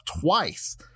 twice